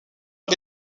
est